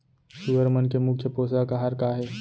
सुअर मन के मुख्य पोसक आहार का हे?